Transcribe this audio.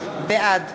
בעד